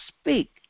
speak